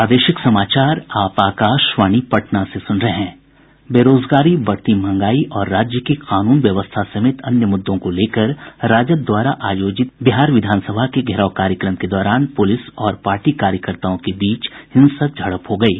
बेरोजगारी बढ़ती महंगाई और राज्य की कानून व्यवस्था समेत अन्य मुदृदों को लेकर राजद द्वारा आयोजित बिहार विधान सभा के घेराव कार्यक्रम के दौरान पुलिस और पार्टी कार्यकर्ताओं के बीच हिंसक झड़प हो गयी